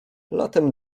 latem